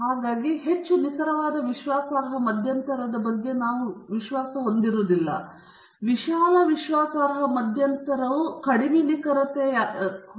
ಆದ್ದರಿಂದ ಮತ್ತೆ ನಾವು ಹೆಚ್ಚು ನಿಖರವಾದ ವಿಶ್ವಾಸಾರ್ಹ ಮಧ್ಯಂತರದ ಬಗ್ಗೆ ಹೆಚ್ಚು ವಿಶ್ವಾಸ ಹೊಂದಿಲ್ಲ ಆದರೆ ವಿಶಾಲ ವಿಶ್ವಾಸಾರ್ಹ ಮಧ್ಯಂತರವು ಕಡಿಮೆ ನಿಖರವಾಗಿದೆ ಆದರೆ ಅದರಲ್ಲಿ ಹೆಚ್ಚಿನ ವಿಶ್ವಾಸವಿದೆ